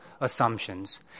assumptions